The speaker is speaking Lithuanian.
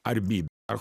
ar bei ar